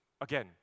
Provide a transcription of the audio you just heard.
Again